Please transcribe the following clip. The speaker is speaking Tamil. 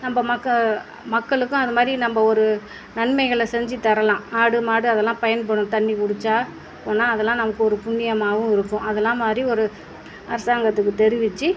நம்ம மக்க மக்களுக்கும் அது மாதிரி நம்ம ஒரு நன்மைகளை செஞ்சு தரலாம் ஆடு மாடு அதெல்லாம் பயன்படும் தண்ணி குடித்தா போனால் அதெல்லாம் நமக்கு ஒரு புண்ணியமாகவும் இருக்கும் அதெல்லாம் மாதிரி ஒரு அரசாங்கத்துக்கு தெரிவித்து